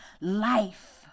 life